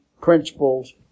principles